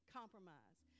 compromise